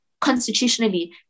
constitutionally